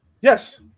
yes